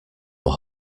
were